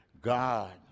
God